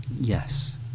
Yes